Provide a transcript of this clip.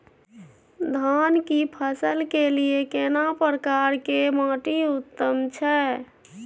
धान की फसल के लिये केना प्रकार के माटी उत्तम छै?